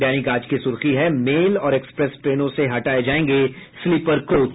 दैनिक आज की सुर्खी है मेल और एक्सप्रेस ट्रेनों से हटाये जायेंगे स्लीपर कोच